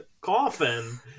coffin